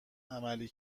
عملی